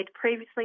previously